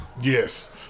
Yes